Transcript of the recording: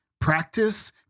practice